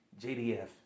JDF